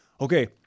Okay